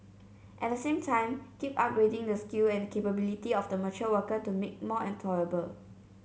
at the same time keep upgrading the skill and capability of the mature worker to make more employable